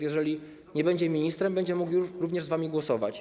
Jeżeli więc nie będzie ministrem, będzie mógł również z wami głosować.